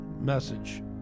message